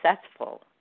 successful